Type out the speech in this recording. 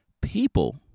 people